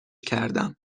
کردم